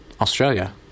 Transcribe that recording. Australia